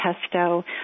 pesto